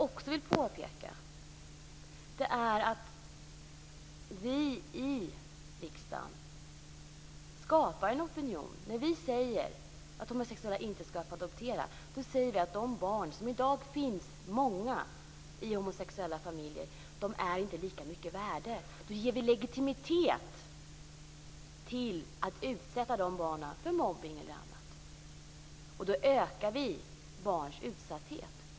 Vi i riksdagen skapar en opinion. När vi säger att homosexuella inte ska få adoptera säger vi att de barn som i dag finns i många homosexuella familjer inte är lika mycket värda. Då ger vi legitimitet åt att utsätta dessa barn för mobbning eller annat, och då ökar vi barns utsatthet.